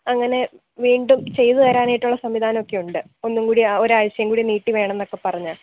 അങ്ങനെ വീണ്ടും ചെയ്തു തരാനായിട്ടുള്ള സംവിധാനമൊക്കെ ഉണ്ട് ഒന്നുംകൂടി ആ ഒരു ആഴ്ച്ചയും കൂടി നീട്ടി വേണം എന്നൊക്കെ പറഞ്ഞാൽ